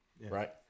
Right